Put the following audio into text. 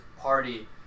party